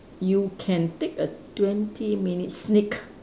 you can take a twenty minute sneak